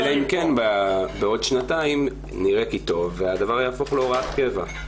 אלא אם כן בעוד שנתיים נראה כי טוב והדבר יהפוך להוראת קבע.